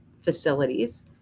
facilities